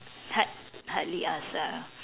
hard hardly ask ah